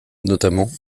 notamment